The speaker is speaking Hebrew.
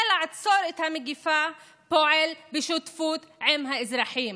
לעצור את המגפה פועל בשותפות עם האזרחים